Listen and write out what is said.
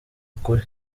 ukuri